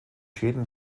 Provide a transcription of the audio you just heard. schäden